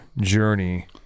journey